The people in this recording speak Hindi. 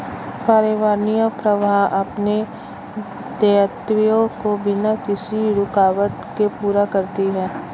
पर्यावरणीय प्रवाह अपने दायित्वों को बिना किसी रूकावट के पूरा करती है